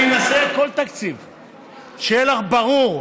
אני אנסה כל תקציב, שיהיה לך ברור.